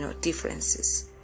differences